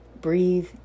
breathe